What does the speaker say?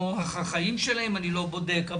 את החיים שלהם אני לא בודק,